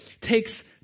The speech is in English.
takes